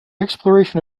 exploration